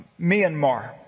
Myanmar